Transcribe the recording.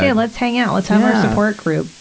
yeah let's hang out. let's have our support group.